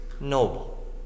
noble